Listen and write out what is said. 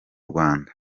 rwanda